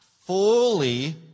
fully